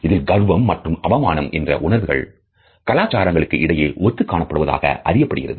இதில் கர்வம் மற்றும் அவமானம் என்ற உணர்வுகள் கலாச்சாரங்களுக்கு இடையே ஒத்து காணப்படுவதாக அறியப்படுகிறது